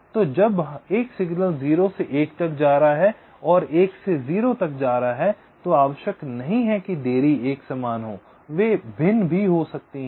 तो जब एक सिग्नल 0 से 1 तक जा रहा है और 1 से 0 तक जा रहा है तो आवश्यक नहीं है कि देरी एक समान हो वे भिन्न भी हो सकती हैं